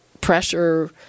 pressure